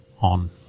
on